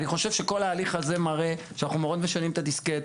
אני חושב שכל ההליך הזה מראה שאנחנו מאוד משנים את הדיסקט.